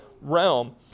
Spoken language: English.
Realm